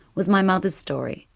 was my mother's story.